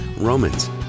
Romans